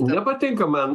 nepatinka man